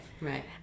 right